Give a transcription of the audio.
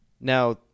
Now